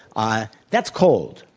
ah that's cold,